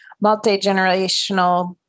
multi-generational